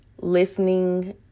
listening